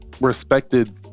respected